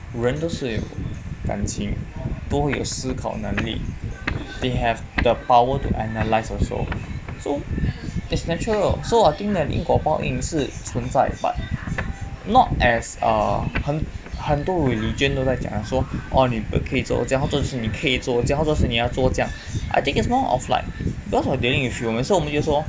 人都是有感情都会有思考能力 they have the power to analyse also so it's natural so I think that 因果报应是存在 but not as err 很很多 religion 都在讲的说哦你不可以做这样或者是你可以做这样或者是你要做这样 I think is more of like because we are dealing with humans 所以我们就会说